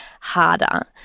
harder